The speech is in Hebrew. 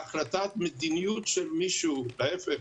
החלטת מדיניות של מישהו ההיפך,